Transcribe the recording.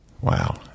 Wow